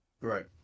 right